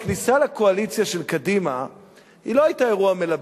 הכניסה של קדימה לקואליציה לא היתה אירוע מלבב.